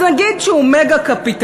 אז נגיד שהוא מגה-קפיטליסט,